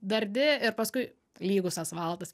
dardi ir paskui lygus asfaltas